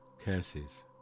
Curses